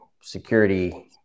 security